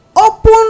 open